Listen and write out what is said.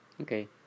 Okay